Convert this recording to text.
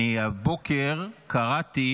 הבוקר קראתי